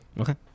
Okay